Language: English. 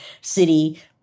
city